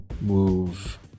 move